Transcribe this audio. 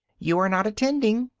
you are not attending!